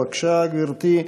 בבקשה, גברתי,